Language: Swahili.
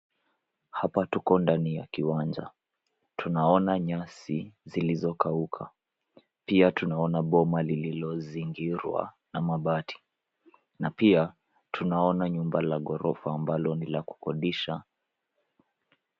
Hapa tuko ndani ya kiwanja. Tunaona nyasi zilizokauka, pia tunaona boma lililozingirwa na mabati. Na pia tunaona nyumba la gorofa ambalo ni la kudodisha.